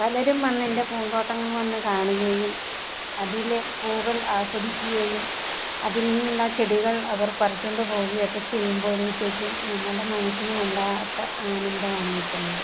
പലരും വന്ന് എൻ്റെ പൂന്തോട്ടം വന്നു കാണുകയും അതിലെ പൂക്കൾ ആസ്വദിക്കുകയും അതിൽനിന്നുള്ള ചെടികൾ അവർ പറിച്ചുകൊണ്ട് പോകുകയും ഒക്കെ ചെയ്യുമ്പോഴത്തെക്കും നമ്മുടെ മനസ്സിന് വല്ലാത്ത ആനന്ദമാണ് കിട്ടുന്നത്